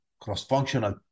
cross-functional